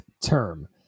term